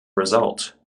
result